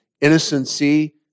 innocency